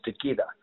together